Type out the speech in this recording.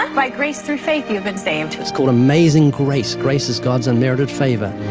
um by grace, through faith you've been saved. it's called amazing grace. grace is god's unmerited favor,